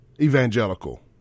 evangelical